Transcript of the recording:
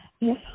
Yes